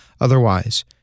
Otherwise